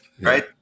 right